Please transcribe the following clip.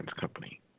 company